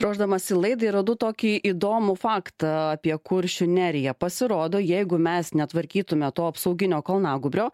ruošdamasi laidai radau tokį įdomų faktą apie kuršių neriją pasirodo jeigu mes netvarkytume to apsauginio kalnagūbrio